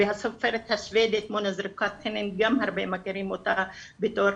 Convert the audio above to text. והסופרת השבדית,- -- גם הרבה מכירים אותה בתור